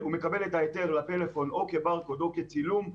הוא מקבל את ההיתר לטלפון, או כברקוד או כצילום,